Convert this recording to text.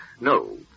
No